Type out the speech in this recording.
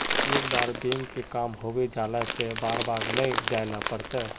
एक बार बैंक के काम होबे जाला से बार बार नहीं जाइले पड़ता?